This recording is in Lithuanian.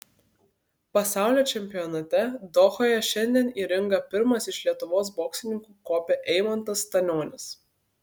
pasaulio čempionate dohoje šiandien į ringą pirmas iš lietuvos boksininkų kopė eimantas stanionis